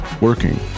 working